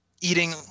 eating